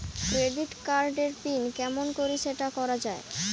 Credit card এর pin কেমন করি সেট করা য়ায়?